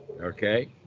okay